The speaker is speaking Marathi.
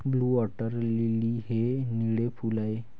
ब्लू वॉटर लिली हे निळे फूल आहे